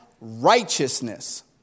righteousness